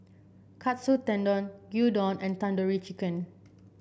Katsu Tendon Gyudon and Tandoori Chicken